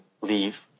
leave